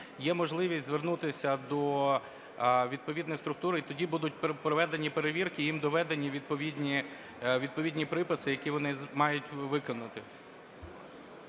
є можливість звернутися до відповідної структури, і тоді будуть проведені перевірки і їм доведені відповідні приписи, які вони мають виконати.